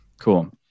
cool